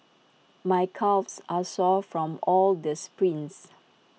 my calves are sore from all the sprints